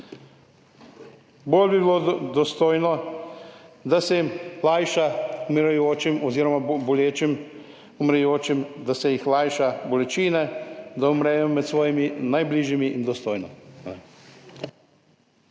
Bolj bi bilo dostojno, da se umirajočim oziroma bolnim lajša bolečine, da umrejo med svojimi najbližjimi dostojno.